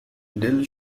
dill